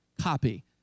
copy